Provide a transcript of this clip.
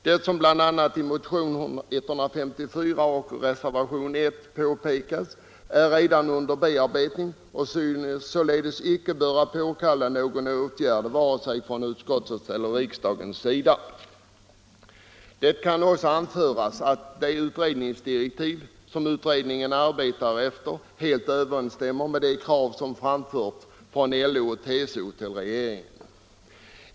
Det som påpekas i motionen 154 och reservationen 1 är redan under bearbetning och synes således icke böra påkalla någon åtgärd från vare sig utskottets eller riksdagens sida. Det kan också” anföras att de direktiv som utredningarna arbetar efter helt överensstämmer med de krav som framförts från LO och TCO till regeringen.